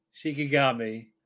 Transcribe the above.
Shikigami